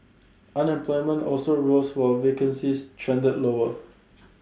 unemployment also rose while vacancies trended lower